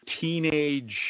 teenage